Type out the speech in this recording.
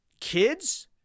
kids